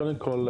קודם כל,